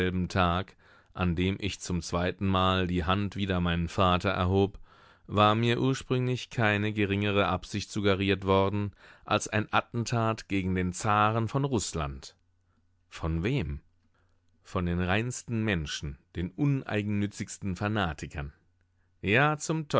an dem ich zum zweitenmal die hand wider meinen vater erhob war mir ursprünglich keine geringere absicht suggeriert worden als ein attentat gegen den zaren von rußland von wem von den reinsten menschen den uneigennützigsten fanatikern ja